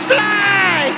Fly